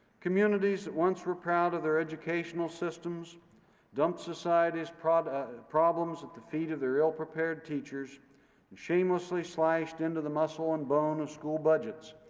communities that once were proud of their educational systems dumped society's ah problems at the feet of their ill-prepared teachers and shamelessly sliced into the muscle and bone of school budgets,